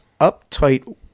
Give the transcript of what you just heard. uptight